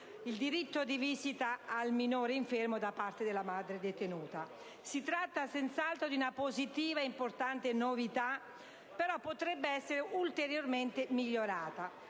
il diritto di visita al minore infermo da parte della madre detenuta. Si tratta, senz'altro, di una positiva e importante novità, ma il testo potrebbe essere ulteriormente migliorato